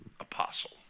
apostle